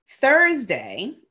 Thursday